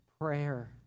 prayer